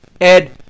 Ed